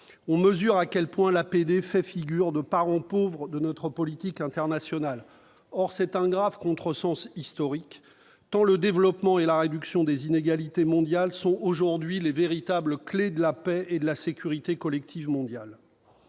on mesure à quel point l'APD fait figure de parent pauvre de notre politique internationale. Or c'est un grave contresens historique, tant le développement et la réduction des inégalités mondiales sont aujourd'hui les véritables clefs de la paix et de la sécurité collective mondiales.